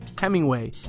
Hemingway